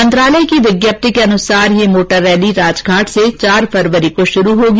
मंत्रालय की जारी विज्ञप्ति के अनुसार यह मोटर रैली राजघाट से चार फरवरी को आरंभ होगी